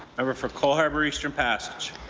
member for cole harbour-eastern passage.